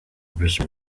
bruce